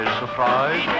surprise